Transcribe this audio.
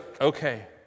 okay